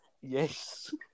Yes